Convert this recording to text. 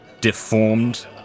deformed